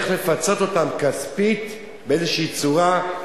לפצות אותן כספית באיזו צורה,